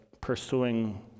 pursuing